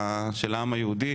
של העם היהודי.